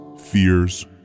fears